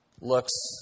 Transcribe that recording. looks